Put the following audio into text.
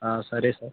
సరే సార్